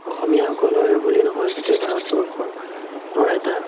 অসমীয়াসকলৰে বুলি নহয় গোটেই ভাৰতবৰ্ষৰ এটা